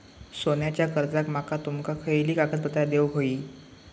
सोन्याच्या कर्जाक माका तुमका खयली कागदपत्रा देऊक व्हयी?